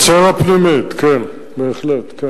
החצר הפנימית, כן, בהחלט.